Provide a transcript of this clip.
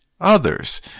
others